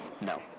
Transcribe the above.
No